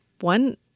one